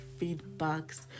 feedbacks